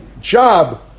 job